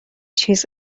چیز